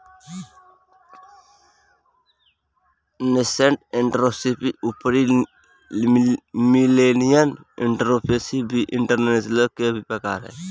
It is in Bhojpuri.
नेसेंट एंटरप्रेन्योरशिप अउरी मिलेनियल एंटरप्रेन्योरशिप भी एंटरप्रेन्योरशिप के ही प्रकार ह